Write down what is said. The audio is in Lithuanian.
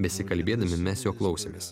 besikalbėdami mes jo klausėmės